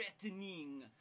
threatening